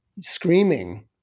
screaming